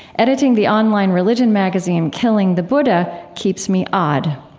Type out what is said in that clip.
editing the online religion magazine, killing the buddha, keeps me odd.